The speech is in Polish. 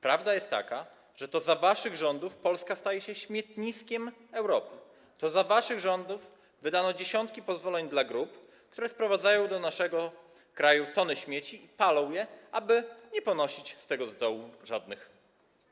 Prawda jest taka, że to za waszych rządów Polska staje się śmietniskiem Europy, to za waszych rządów wydano dziesiątki pozwoleń dla grup, które sprowadzają do naszego kraju tony śmieci, które palą, aby nie ponosić z tego tytułu żadnych